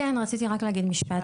כן, רציתי רק להגיד משפט.